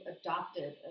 adopted